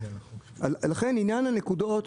לעניין הנקודות,